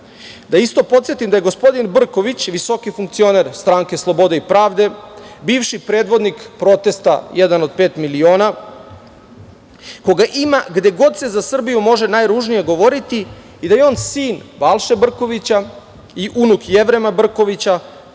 da podsetim da je gospodin Brković, visoki funkcioner stranke Slobode i pravde, bivši predvodnik protesta „1 od 5 miliona“, koga ima gde god se za Srbiju može najružnije govoriti i da je on sin Balše Brkovića i unuk Jevrema Brkovića,